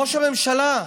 ראש הממשלה,